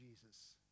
Jesus